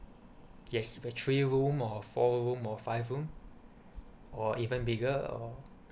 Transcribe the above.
yes the three room or four room or five room or even bigger or